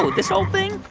this old thing?